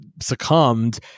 succumbed